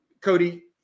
Cody